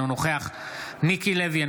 אינו נוכח מיקי לוי,